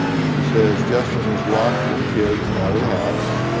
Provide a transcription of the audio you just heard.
she says justin has locked their kids out of the house,